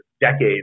decades